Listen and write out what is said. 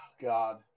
God